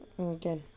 mm can